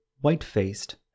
white-faced